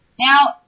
Now